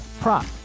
prop